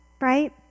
right